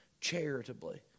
charitably